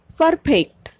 perfect